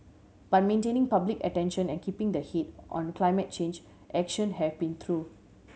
but maintaining public attention and keeping the heat on climate change action have been through